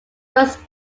first